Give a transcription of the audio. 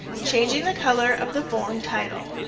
changing the color of the form title.